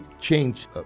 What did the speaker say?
change